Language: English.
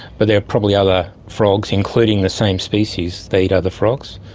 but there are probably other frogs, including the same species, they eat other frogs.